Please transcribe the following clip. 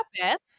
Beth